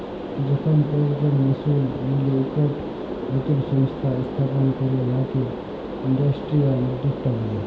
যখল কয়েকজল মালুস মিলে ইকট লতুল সংস্থা ইস্থাপল ক্যরে উয়াকে ইলস্টিটিউশলাল উদ্যক্তা ব্যলে